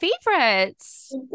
favorites